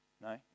No